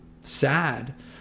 sad